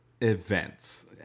events